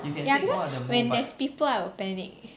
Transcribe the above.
ya because when there's people I will panic